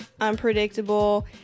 unpredictable